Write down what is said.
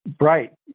Right